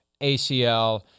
ACL